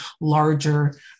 larger